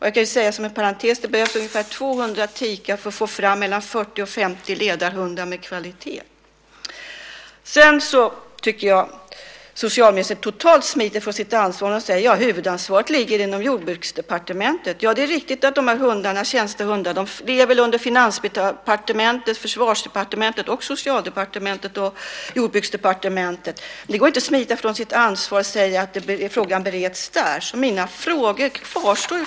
Jag kan inom parentes säga att det behövs 200 tikar för att få fram 40-50 ledarhundar med kvalitet. Jag tycker att socialministern totalt smiter från sitt ansvar när hon säger att huvudansvaret ligger inom Jordbruksdepartementet. Det är riktigt att ansvaret för tjänstehundarna ligger under Finansdepartementet, Försvarsdepartementet, Socialdepartementet och Jordbruksdepartementet. Det går inte att smita från sitt ansvar och säga att frågan bereds i Jordbruksdepartementet.